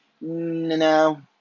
No